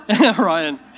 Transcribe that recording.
Ryan